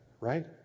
right